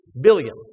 billion